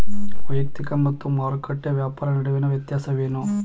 ವೈಯಕ್ತಿಕ ಮತ್ತು ಮಾರುಕಟ್ಟೆ ವ್ಯಾಪಾರ ನಡುವಿನ ವ್ಯತ್ಯಾಸವೇನು?